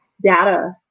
data